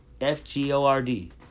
F-G-O-R-D